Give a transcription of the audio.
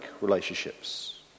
relationships